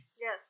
Yes